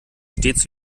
stets